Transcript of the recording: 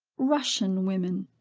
russian women.